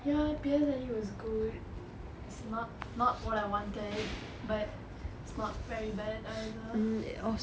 ya P_S_L_E was good is not not what I wanted but it's not very bad either